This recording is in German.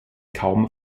kaum